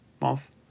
month